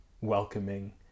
welcoming